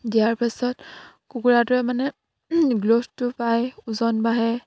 দিয়াৰ পাছত কুকুৰাটোৱে মানে গ্ৰ'থটো পায় ওজন বাঢ়ে